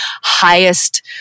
highest